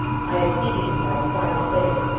i have seated him by the side of plato,